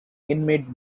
inmate